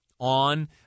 On